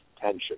tension